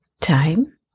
time